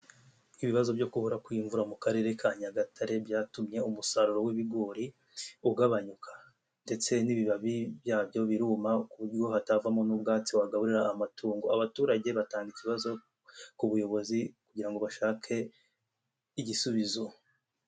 Ibibazo byo kubura kw'imvura mu karere ka Nyagatare, byatumye umusaruro w'ibigori ugabanyuka ndetse n'ibibabi byabyo biruma ku buryo hatavamo n'ubwatsi wagaburira amatungo, abaturage batanga ikibazo ku buyobozi kugira ngo bashake igisubizo.